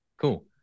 cool